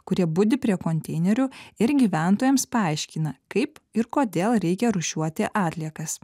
kurie budi prie konteinerių ir gyventojams paaiškina kaip ir kodėl reikia rūšiuoti atliekas